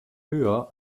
höher